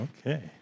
Okay